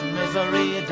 misery